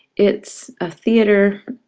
it's a theater,